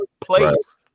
place